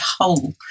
whole